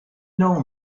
know